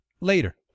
Later